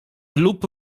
lub